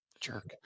Jerk